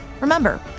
Remember